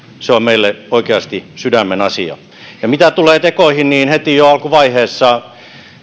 se on meille oikeasti sydämenasia mitä tulee tekoihin niin jo heti alkuvaiheessa